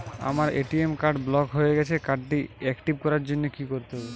আমার ATM card block হয়ে গেছে কার্ড টি একটিভ করার জন্যে কি করতে হবে?